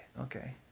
okay